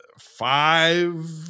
five